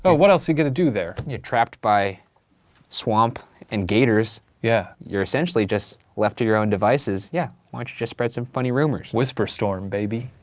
but what else are you gonna do there? you're trapped by swamp and gators. yeah you're essentially just left to your own devices. yeah, why don't you just spread some funny rumors? whisper storm, baby.